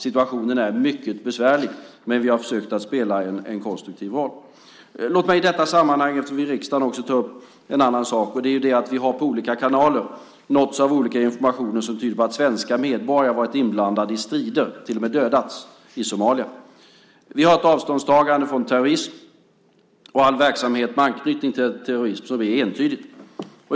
Situationen är mycket besvärlig, men vi har försökt att spela en konstruktiv roll. Låt mig i detta sammanhang, eftersom vi är i riksdagen, också ta upp en annan sak. Det är att vi via olika kanaler har nåtts av olika information som tyder på att svenska medborgare varit inblandade i strider, till och med dödats, i Somalia. Vi har ett avståndstagande från terrorism och all verksamhet med anknytning till terrorism som är entydig.